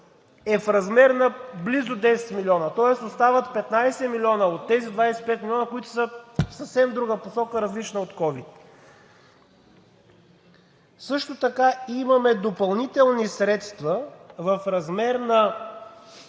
е в размер на близо 10 милиона, тоест остават 15 милиона от тези 25 милиона, които са в съвсем друга посока, различна от ковид. Също така имаме допълнителни средства в размер на